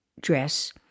dress